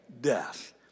death